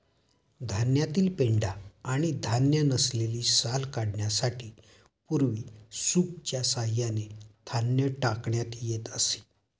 धान्यातील पेंढा आणि धान्य नसलेली साल काढण्यासाठी पूर्वी सूपच्या सहाय्याने धान्य टाकण्यात येत असे